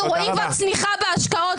אנחנו רואים כבר צניחה בהשקעות.